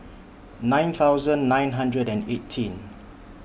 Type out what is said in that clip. nine thousand nine hundred and eighteen